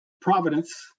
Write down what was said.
providence